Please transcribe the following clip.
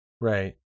Right